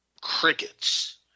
crickets